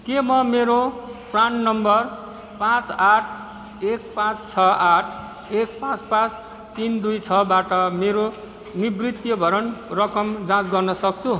के म मेरो प्रान नम्बर पाँच आठ एक पाँच छ आठ एक पाँच पाँच तिन दुई छ बाट मेरो निवृत्तिभरण रकम जाँच गर्न सक्छु